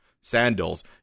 sandals